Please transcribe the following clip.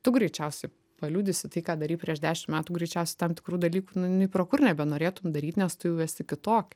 tu greičiausiai paliudysi tai ką darei prieš dešimt metų greičiausiai tam tikrų dalykų nei pro kur nebenorėtum daryt nes tu jau esi kitokia